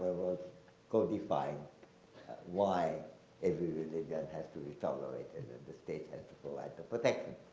was codifying why every religion has to be tolerated and the state has to go out to protect them.